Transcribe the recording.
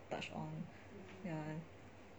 touch on ya